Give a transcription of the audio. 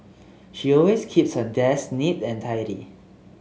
she always keeps her desk neat and tidy